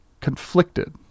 conflicted